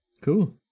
Cool